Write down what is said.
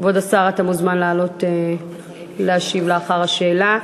כבוד השר, אתה מוזמן לעלות להשיב לאחר השאלה.